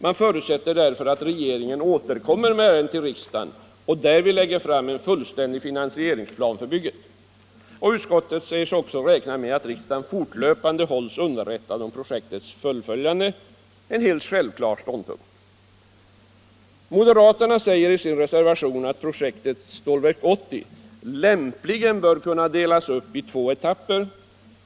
Man förutsätter därför att regeringen återkommer till riksdagen i ärendet och därvid lägger fram en fullständig finansieringsplan för bygget. Utskottet säger sig också räkna med att riksdagen fortlöpande hålls underrättad om projektets fullföljande — en helt självklar ståndpunkt. Moderaterna säger i sin reservation att projektet Stålverk 80 lämpligen bör delas upp i två etapper.